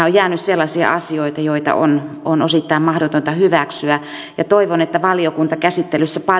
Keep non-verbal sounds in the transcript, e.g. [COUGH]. [UNINTELLIGIBLE] on jäänyt sellaisia asioita joita on on osittain mahdotonta hyväksyä ja toivon että valiokuntakäsittelyssä